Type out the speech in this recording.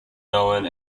known